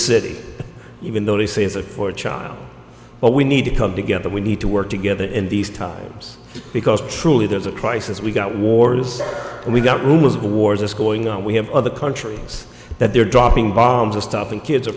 city even though they say it's a fourth child but we need to come together we need to work together in these times because truly there's a crisis we've got wars and we've got rumors of wars it's going on we have other countries that they're dropping bombs or stuff and kids are